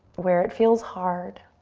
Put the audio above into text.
where it feels hard,